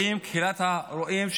קהילת הרועים,